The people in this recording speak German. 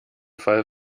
fall